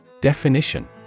Definition